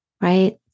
right